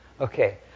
Okay